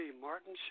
Martin